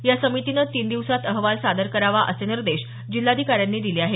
या समितीने तीन दिवसात अहवाल सादर करावा असे निर्देश जिल्हाधिकाऱ्यांनी दिले आहेत